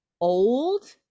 old